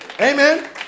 Amen